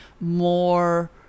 more